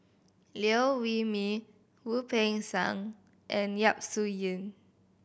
Liew Wee Mee Wu Peng Seng and Yap Su Yin